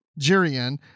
Jirian